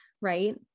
right